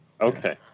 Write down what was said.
Okay